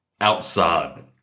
outside